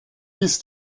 dies